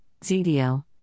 zdo